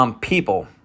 people